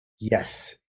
Yes